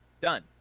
Done